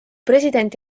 president